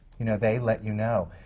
you know, they let you know.